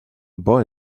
boy